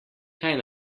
kaj